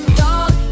dog